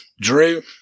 drew